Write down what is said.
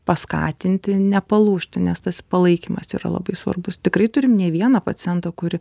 paskatinti nepalūžti nes tas palaikymas yra labai svarbus tikrai turim ne vieną pacientą kur